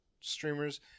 streamers